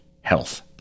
health